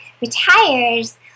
retires